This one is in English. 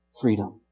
freedom